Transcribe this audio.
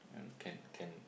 yeah can can